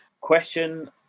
Question